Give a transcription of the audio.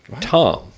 Tom